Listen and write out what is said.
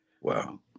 Wow